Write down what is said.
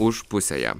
už pusėje